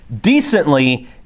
decently